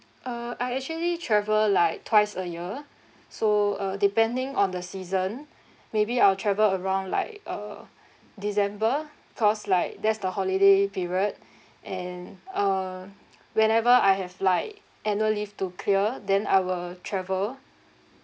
uh I actually travel like twice a year so uh depending on the season maybe I'll travel around like uh december cause like there's the holiday period and uh whenever I have like annual leave to clear then I will travel